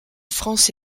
france